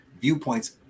viewpoints